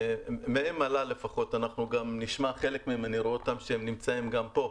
ומהם עלה, אנחנו נשמע חלק מהם, הם נמצאם גם פה,